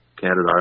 Canada